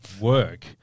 work